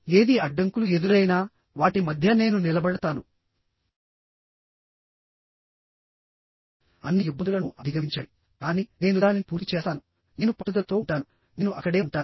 ఏది అడ్డంకులు ఎదురైనా వాటి మధ్య నేను నిలబడతాను అన్ని ఇబ్బందులను అధిగమించండి కానీ నేను దానిని పూర్తి చేస్తాను నేను పట్టుదలతో ఉంటాను నేను అక్కడే ఉంటాను